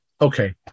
Okay